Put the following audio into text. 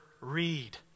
read